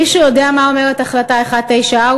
מישהו יודע מה אומרת החלטה 194?